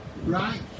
Right